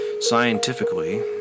Scientifically